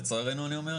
לצערנו אני אומר,